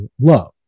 love